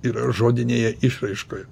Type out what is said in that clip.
yra žodinėje išraiškoj